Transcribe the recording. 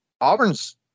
Auburn's